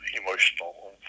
emotional